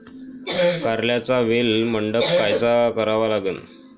कारल्याचा वेल मंडप कायचा करावा लागन?